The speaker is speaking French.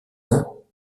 ans